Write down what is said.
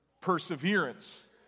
perseverance